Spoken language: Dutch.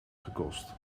gekost